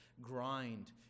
grind